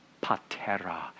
patera